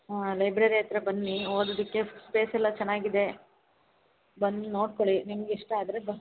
ಹ್ಞೂ ಲೈಬ್ರರಿ ಹತ್ರ ಬನ್ನಿ ಓದೋದಕ್ಕೆ ಸ್ಪೇಸ್ ಎಲ್ಲ ಚೆನ್ನಾಗಿದೆ ಬಂದು ನೋಡ್ಕೊಳ್ಳಿ ನಿಮ್ಗೆ ಇಷ್ಟ ಆದರೆ ಬ